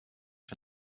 for